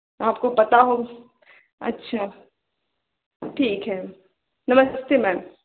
आपको पता हो अच्छा ठीक है नमस्ते मैम